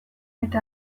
eta